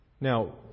Now